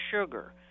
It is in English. sugar